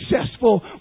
successful